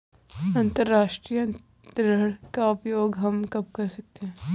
अंतर्राष्ट्रीय अंतरण का प्रयोग हम कब कर सकते हैं?